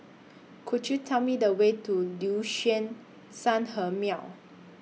Could YOU Tell Me The Way to Liuxun Sanhemiao